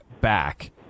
back